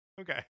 Okay